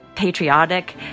Patriotic